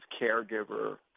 caregiver